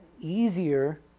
Easier